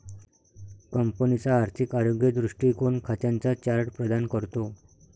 कंपनीचा आर्थिक आरोग्य दृष्टीकोन खात्यांचा चार्ट प्रदान करतो